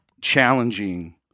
challenging